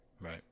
Right